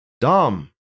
Dumb